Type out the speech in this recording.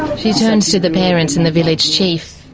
she turns to the parents and the village chief.